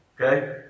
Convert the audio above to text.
Okay